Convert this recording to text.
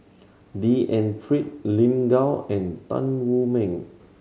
D N Pritt Lin Gao and Tan Wu Meng